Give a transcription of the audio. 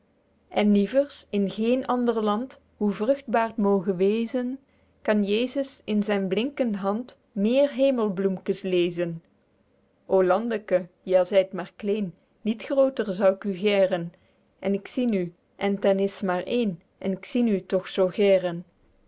en nievers in géén ander land hoe vruchtbaer t moge wezen kan jesus in zyn blinkend hand meer hemelbloemkes lezen o landeke ja zyt maer kleen niet grooter zou k u geren en k zien u en t en is maer één en k zien u toch zoo